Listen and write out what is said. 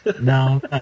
no